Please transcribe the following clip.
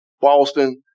Boston